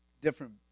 different